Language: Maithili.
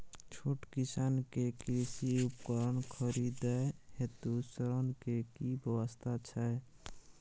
छोट किसान के कृषि उपकरण खरीदय हेतु ऋण के की व्यवस्था छै?